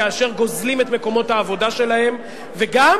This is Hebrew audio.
כאשר גוזלים את מקומות העבודה שלהם וגם